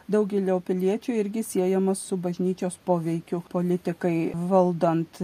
daugelio piliečių irgi siejamas su bažnyčios poveikiu politikai valdant